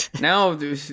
Now